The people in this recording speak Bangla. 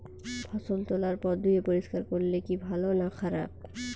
ফসল তোলার পর ধুয়ে পরিষ্কার করলে কি ভালো না খারাপ?